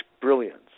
brilliance